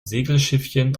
segelschiffchen